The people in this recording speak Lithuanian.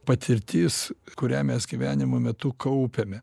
patirtis kurią mes gyvenimo metu kaupiame